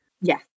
Yes